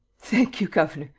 thank you, governor,